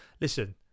listen